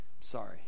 sorry